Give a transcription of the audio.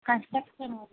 construction work